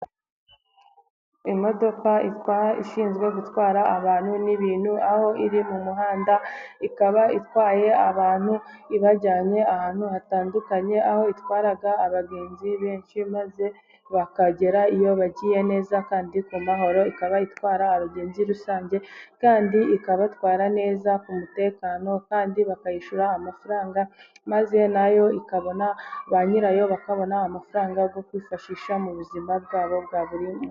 Imodoka ishinzwe gutwara abantu n'ibintu aho iri mu muhanda ikaba itwaye abantu ibajyanye ahantu hatandukanye. Aho itwara abagenzi benshi maze bakagera iyo bagiye neza kandi ku mahoro, ikaba itwara abagenzi rusange kandi ikabatwara neza ku mutekano kandi bakayishyura amafaranga maze nayo ikabona ba nyirayo bakabona amafaranga yo kwifashisha mu buzima bwabo bwa buri munsi.